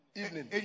evening